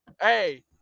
hey